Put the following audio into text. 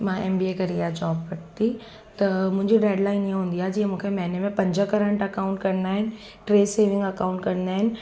मां M B A करे इहा जॉब वरिती त मुंहिंजे डेडलाइन इएं हूंदी आहे जीअं मूंखे महिने में पंज करंट अकाउंट करिणा आहिनि टे सेविंग अकाउंट करिणा आहिनि